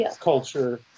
culture